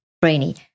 Brainy